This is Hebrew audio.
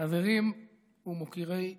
חברים ומוקירי זכרו,